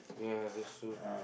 ya that's true